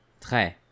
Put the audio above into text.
très